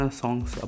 songs